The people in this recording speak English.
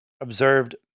observed